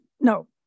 no